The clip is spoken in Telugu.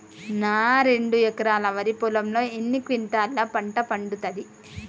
నా రెండు ఎకరాల వరి పొలంలో ఎన్ని క్వింటాలా పంట పండుతది?